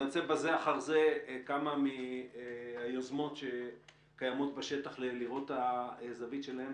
אני רוצה בזה אחר זה כמה מהיוזמות שקיימות בשטח לראות את הזווית שלהם.